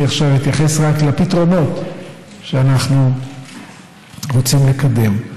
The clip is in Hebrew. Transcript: אני עכשיו אתייחס רק לפתרונות שאנחנו רוצים לקדם.